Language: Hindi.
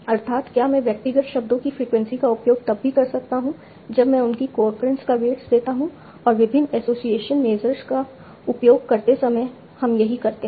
अर्थात क्या मैं व्यक्तिगत शब्दों की फ्रीक्वेंसी का उपयोग तब भी कर सकता हूं जब मैं उनकी कोअक्रेंस को वेट्स देता हूं और विभिन्न एसोसिएशन मेजर्स का उपयोग करते समय हम यही करते हैं